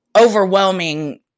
overwhelming